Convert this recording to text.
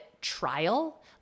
trial